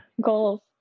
goals